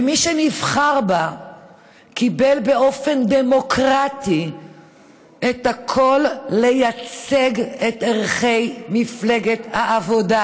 מי שנבחר בה קיבל באופן דמוקרטי את הקול לייצג את ערכי מפלגת העבודה,